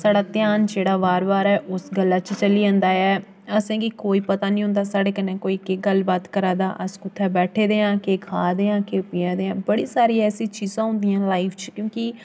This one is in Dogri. साढ़ा ध्यान जेह्ड़ा बार बार उस गल्लै च चली जंदा ऐ असें गी कोई पता निं होंदा ऐ कि साढ़े कन्नै कोई गल्ल बात करा दा ऐ अस कु'त्थें बैठै दे आं केह् खाऽ दे आं केह् पीयै दे आं बड़ी सारियां ऐसियां चीज़ा होंदियां लाइफ च क्योंकि